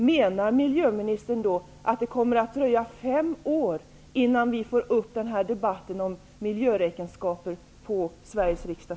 Menar miljöministern att det kommer att dröja fem år innan vi får en debatt om miljöräkenskaper i Sveriges riksdag?